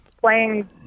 playing